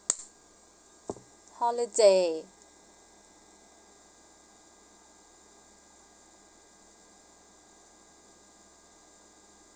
holiday